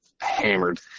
hammered